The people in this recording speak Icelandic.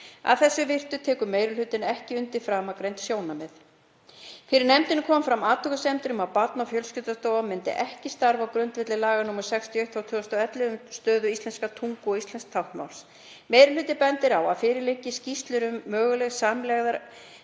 Að þessu virtu tekur meiri hlutinn ekki undir framangreind sjónarmið. Fyrir nefndinni komu fram athugasemdir um að Barna- og fjölskyldustofa myndi ekki starfa á grundvelli laga nr. 61/2011, um stöðu íslenskrar tungu og íslensks táknmáls. Meiri hlutinn bendir á að fyrir liggja skýrslur um mögulega samlegð